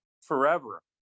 forever